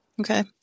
Okay